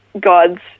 God's